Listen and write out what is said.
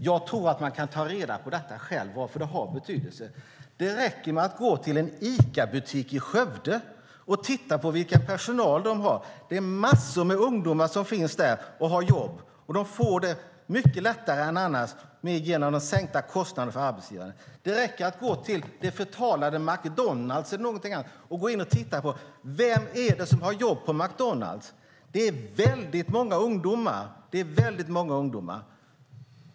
Jag tror att man själv kan ta reda på varför det har betydelse. Det räcker med att gå till en Icabutik i Skövde och se vad den har för personal. Det är massor med ungdomar som jobbar där. Det får lättare jobb genom de sänkta kostnaderna för arbetsgivarna. Man kan gå till det förtalade McDonalds och se vem som jobbar där. Det är många ungdomar.